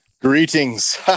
Greetings